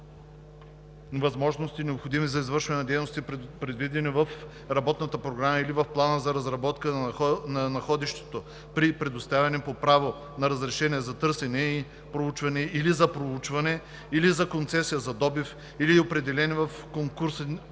възможности, необходими за извършване на дейностите, предвидени в работната програма или в плана за разработка на находището – при предоставяне по право на разрешение за търсене и проучване или за проучване, или на концесия за добив, или определени в конкурсните